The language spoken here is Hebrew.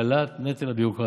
והקלת נטל הביורוקרטיה,